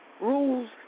Rules